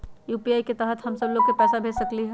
UPI के तहद हम सब लोग को पैसा भेज सकली ह?